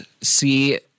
see